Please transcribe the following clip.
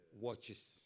watches